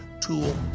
tool